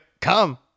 come